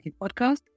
podcast